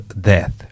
death